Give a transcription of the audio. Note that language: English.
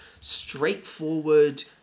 straightforward